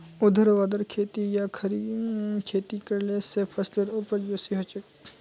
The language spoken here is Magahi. ऊर्ध्वाधर खेती या खड़ी खेती करले स फसलेर उपज बेसी हछेक